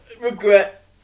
regret